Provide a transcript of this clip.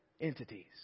entities